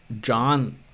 John